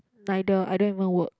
neither I don't even work